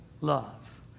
love